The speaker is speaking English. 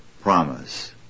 promise